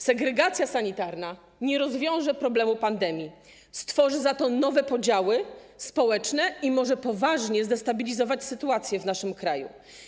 Segregacja sanitarna nie rozwiąże problemu pandemii, stworzy za to nowe podziały społeczne i może poważnie zdestabilizować sytuację w naszym kraju.